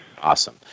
Awesome